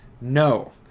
No